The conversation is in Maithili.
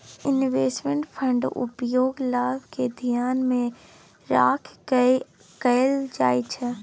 इन्वेस्टमेंट फंडक उपयोग लाभ केँ धियान मे राइख कय कअल जाइ छै